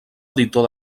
editor